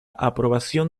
aprobación